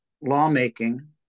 lawmaking